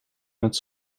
met